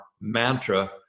mantra